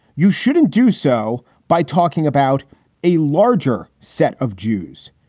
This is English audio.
you shouldn't do so by talking about a larger set of jews.